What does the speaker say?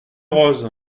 rose